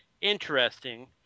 interesting